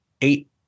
eight